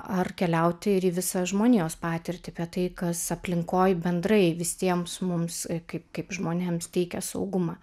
ar keliauti ir į visą žmonijos patirtį apie tai kas aplinkoj bendrai visiems mums kaip kaip žmonėms teikia saugumą